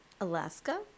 Alaska